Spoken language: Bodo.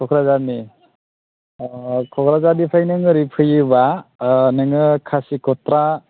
क'क्राझारनि क'क्राझारनिफ्राय नों ओरै फैयोबा नोङो कासिकट्रा